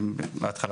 בהתחלה,